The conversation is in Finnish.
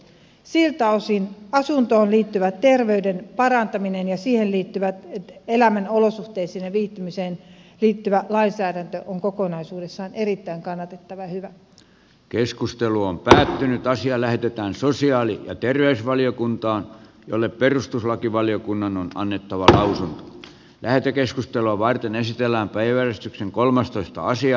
siltä osin asuntoon liittyvä terveyden parantaminen ja siihen liittyvä elämän olosuhteisiin ja viihtymiseen liittyvä lainsäädäntö ovat kokonaisuudessaan erittäin kannatettava hyvä keskustelu on päättynyt asia lähetetään kannatettavia ja terveysvaliokuntaan jolle perustuslakivaliokunnan on annettu lähetekeskustelua varten esitellään päiväys kolmastoista hyviä